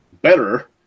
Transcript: better